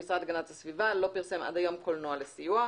המשרד להגנת הסביבה לא פרסם עד היום כל נוהל לסיוע.